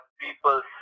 people